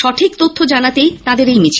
সঠিক তথ্য জানাতেই তাদের এই মিছিল